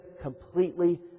completely